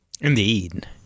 Indeed